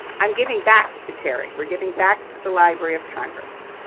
i'm giving back to terry. we're giving back to the library of congress.